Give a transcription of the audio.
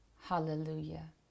Hallelujah